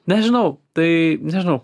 nežinau tai nežinau